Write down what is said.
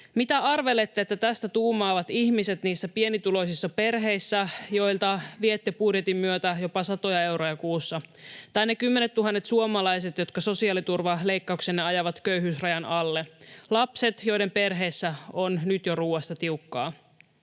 Mitä arvelette, että tästä tuumaavat ihmiset niissä pienituloisissa perheissä, joilta viette budjetin myötä jopa satoja euroja kuussa, tai ne kymmenet tuhannet suomalaiset, jotka sosiaaliturvaleikkauksenne ajavat köyhyysrajan alle, lapset, joiden perheissä on nyt jo ruuasta tiukkaa?